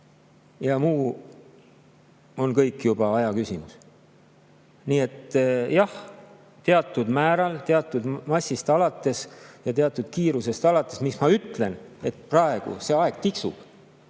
ja muu on kõik ajaküsimus. Nii et jah, teatud määral teatud massist alates ja teatud kiirusest alates … Ma ütlen, et praegu see aeg tiksub